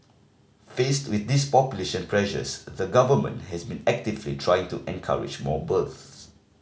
faced with these population pressures the Government has been actively trying to encourage more births